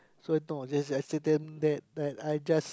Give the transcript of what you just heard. that's why no just I said just then that that I just